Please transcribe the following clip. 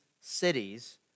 cities